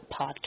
Podcast